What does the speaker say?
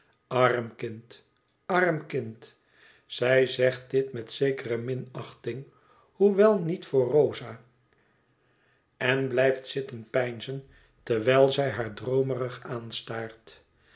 arm kind arm kind zij zegt dit met zekere minachting hoewel niet voor rosa en blijft zitten peinzen terwijl zij haar droomerig aanstaart